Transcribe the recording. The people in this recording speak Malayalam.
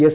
എസ്